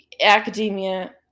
Academia